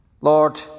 Lord